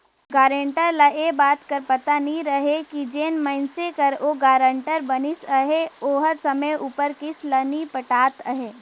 guarantor ल ए बात कर पता नी रहें कि जेन मइनसे कर ओ गारंटर बनिस अहे ओहर समे उपर किस्त ल नी पटात अहे